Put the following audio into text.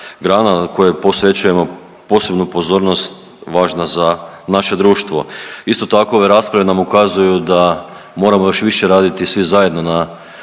kojom posvećujemo posebnu pozornost važna za naše društvo. Isto tako ove rasprave nam ukazuju da moramo još više raditi svi zajedno na